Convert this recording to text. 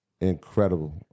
incredible